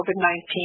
COVID-19